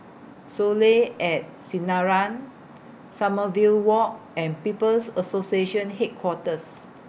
Soleil At Sinaran Sommerville Walk and People's Association Headquarters